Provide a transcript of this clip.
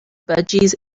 budgies